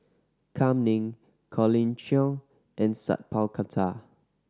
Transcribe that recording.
Kam Ning Colin Cheong and Sat Pal Khattar